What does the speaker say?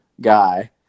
guy